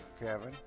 Kevin